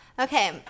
Okay